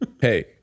Hey